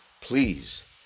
Please